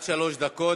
עד שלוש דקות.